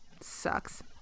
sucks